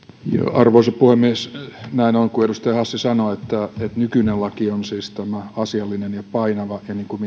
arvoisa puhemies näin on kuten edustaja hassi sanoo että nykyisessä laissa on siis tämä asiallinen ja painava peruste irtisanomiselle ja niin kuin